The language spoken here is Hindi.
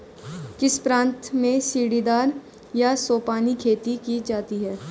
किस प्रांत में सीढ़ीदार या सोपानी खेती की जाती है?